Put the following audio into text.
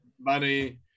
money